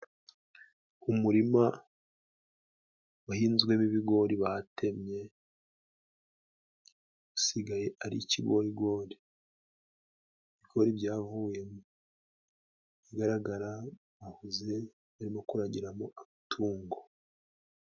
Umurima wahinzwemo ibigori batemye, usigaye ari ikigorigori. Ibigori byavuyemo. Ibigaragara, bahoze bari kuragiramo amatungo.